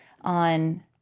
on